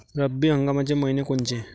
रब्बी हंगामाचे मइने कोनचे?